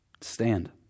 stand